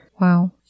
Wow